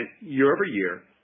year-over-year